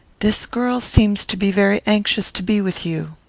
this girl seems to be very anxious to be with you.